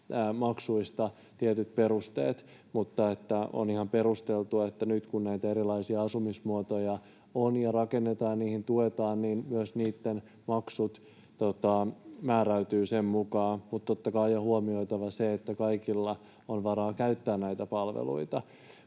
maksuista tietyt perusteet, mutta on ihan perusteltua, että nyt, kun näitä erilaisia asumismuotoja on ja niitä rakennetaan ja niitä tuetaan, myös niitten maksut määräytyvät sen mukaan. Totta kai on huomioitava se, että kaikilla on varaa käyttää näitä palveluita,